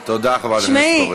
תודה, חברת הכנסת קורן.